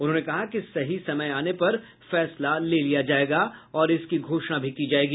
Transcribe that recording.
उन्होंने कहा कि सही समय आने पर फैसला ले लिया जायेगा और इसकी घोषणा भी की जायेगी